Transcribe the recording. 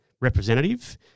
representative